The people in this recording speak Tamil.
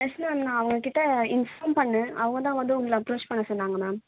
ஆக்ஸுலாக நான் அவங்கக்கிட்ட இன்ஃபார்ம் பண்ணே அவங்கதான் வந்து உங்களை அப்ரோச் பண்ண சொன்னாங்க மேம்